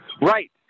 Right